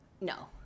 No